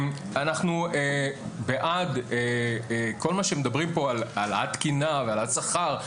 אנחנו בעד כל מה שמדברים פה על התקינה, על השכר.